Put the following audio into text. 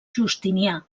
justinià